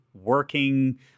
working